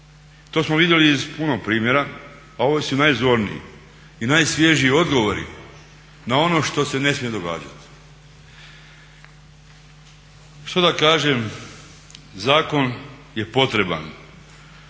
To smo vidjeli iz puno primjera, a ovo su najzorniji. I najsvježiji odgovori na ono što se ne smije događati. Što da kažem? Zakon je potreban.